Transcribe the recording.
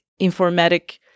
informatic